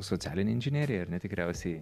socialinė inžinerija ar ne tikriausiai